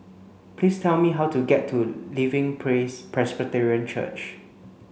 please tell me how to get to Living Praise Presbyterian Church